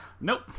nope